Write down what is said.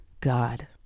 god